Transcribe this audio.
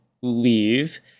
leave